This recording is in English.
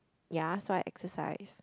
ya so I exercise